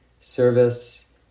Service